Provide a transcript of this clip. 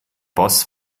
boss